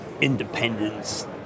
independence